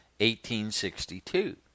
1862